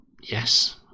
yes